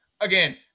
again